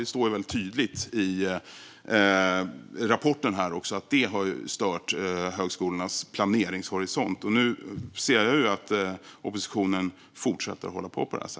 Det står väldigt tydligt i rapporten att det har stört högskolornas planeringshorisont, och nu ser jag att oppositionen fortsätter att hålla på så.